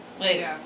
Wait